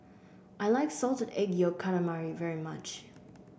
I like Salted Egg Yolk Calamari very much